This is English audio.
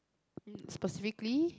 mm specifically